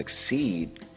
succeed